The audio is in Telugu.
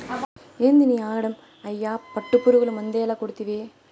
ఏందినీ ఆగడం, అయ్యి పట్టుపురుగులు మందేల కొడ్తివి